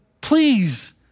Please